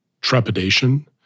trepidation